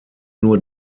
nur